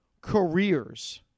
careers